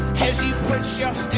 as you put your